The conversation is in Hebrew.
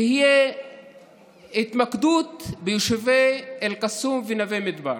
תהיה התמקדות ביישובי אל-קסום ונווה מדבר.